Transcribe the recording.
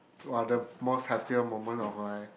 what are the most happier moment of my